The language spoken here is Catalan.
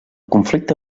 conflicte